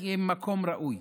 כי אם מקום ראוי,